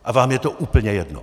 A vám je to úplně jedno!